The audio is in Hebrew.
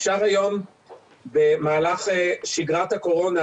אפשר היום במהלך שגרת הקורונה